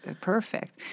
perfect